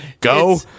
go